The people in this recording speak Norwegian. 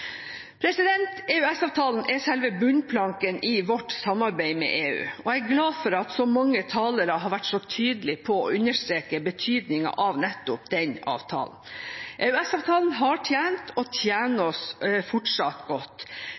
er selve bunnplanken i vårt samarbeid med EU, og jeg er glad for at så mange talere så tydelig har understreket betydningen av nettopp den avtalen. EØS-avtalen har tjent og tjener oss fortsatt godt.